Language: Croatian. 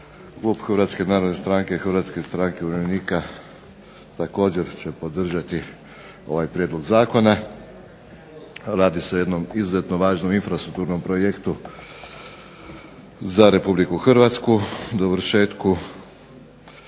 Klub Hrvatske narodne stranke, Hrvatske stranke umirovljenika također će podržati ovaj prijedlog zakona. Radi se o jednom izuzetno važnom infrastrukturnom projektu za Republiku Hrvatsku, dovršetku koridora